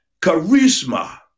charisma